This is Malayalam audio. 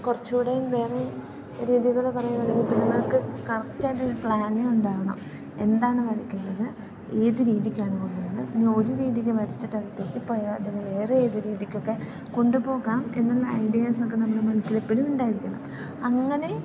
കുറച്ചുകൂടെയും വേറെ രീതികൾ പറയുകയാണെങ്കിൽ പിന്നെ നമ്മൾക്ക് കറക്റ്റ് ആയിട്ടൊരു പ്ലാന് ഉണ്ടാവണം എന്താണ് വരയ്ക്കേണ്ടത് ഏത് രീതിക്കാണ് കൊണ്ടുപോവുന്നത് ഇനി ഒരു രീതിക്ക് വരച്ചിട്ട് അത് തെറ്റിപോയാൽ അതിന് വേറെ ഏത് രീതിക്കൊക്കെ കൊണ്ടു പോകാം എന്നുള്ള ഐഡിയാസ് ഒക്കെ നമ്മൾ മനസ്സിൽ എപ്പോഴും ഉണ്ടായിരിക്കണം അങ്ങനെ